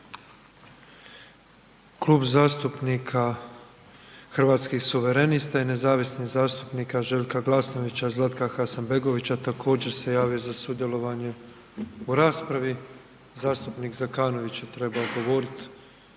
Kluba zastupnika Hrvatskih suverenista i nezavisnih zastupnika Željka Glasnovića i Zlatka Hasanbegovića govoriti će poštovani zastupnik Željko Glasnović, izvolite.